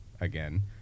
again